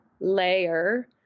layer